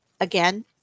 again